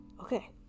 Okay